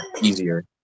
easier